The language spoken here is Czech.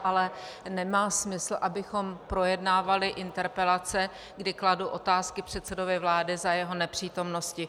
Ale nemá smysl, abychom projednávali interpelace, kdy kladu otázky předsedovi vlády za jeho nepřítomnosti.